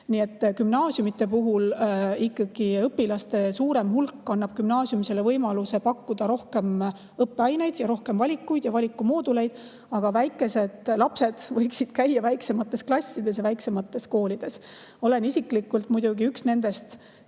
Gümnaasiumide puhul ikkagi õpilaste suurem hulk annab gümnaasiumidele võimaluse pakkuda rohkem õppeaineid ja rohkem valikuid ja valikmooduleid. Aga väikesed lapsed võiksid käia väiksemates klassides ja väiksemates koolides. Olen isiklikult muidugi üks nendest, kes